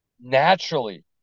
naturally